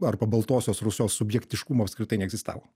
arba baltosios rusios subjektiškumo apskritai neegzistavo